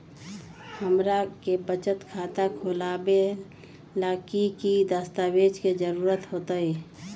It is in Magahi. हमरा के बचत खाता खोलबाबे ला की की दस्तावेज के जरूरत होतई?